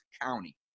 County